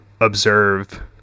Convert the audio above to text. observe